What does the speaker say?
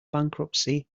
bankruptcy